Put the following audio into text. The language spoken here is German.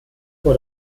vor